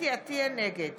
נגד